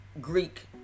Greek